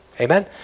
Amen